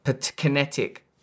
kinetic